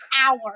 hour